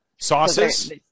Sauces